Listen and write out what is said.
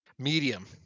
Medium